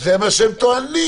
זה מה שהם טוענים.